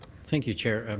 thank you, chair. and